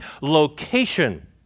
location